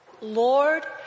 Lord